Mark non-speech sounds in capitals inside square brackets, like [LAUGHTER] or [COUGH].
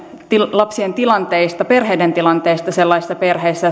lasten tilanteista perheiden tilanteista sellaisissa perheissä [UNINTELLIGIBLE]